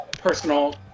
personal